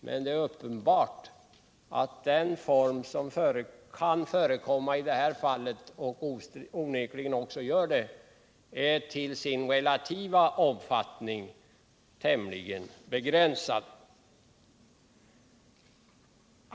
Men det är uppenbart att den form som kan förekomma i detta fall, och onekligen också gör det, till sin relativa omfattning är tämligen begränsad.